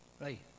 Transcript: Right